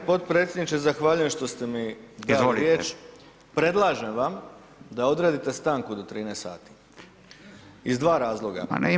G. potpredsjedniče, zahvaljujem što ste mi dali riječ, [[Upadica Radin: Izvolite.]] predlažem vam da odredite stanku do 13 sati iz dva razloga.